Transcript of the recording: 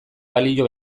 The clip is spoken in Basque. balio